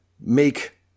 make